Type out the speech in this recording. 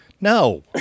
no